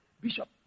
Bishop